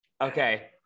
Okay